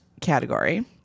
category